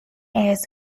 airs